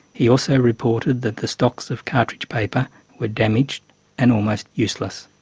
he also reported that their stocks of cartridge paper were damaged and almost useless.